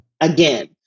again